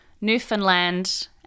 Newfoundland